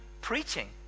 preaching